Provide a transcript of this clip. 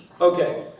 Okay